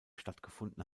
stattgefunden